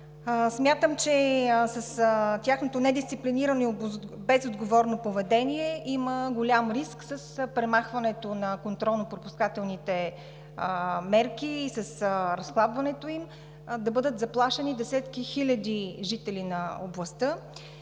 Смятам, че с тяхното недисциплинирано и безотговорно поведение има голям риск с премахването на контролно-пропускателните мерки и с разхлабването им да бъдат заплашени десетки хиляди жители на областта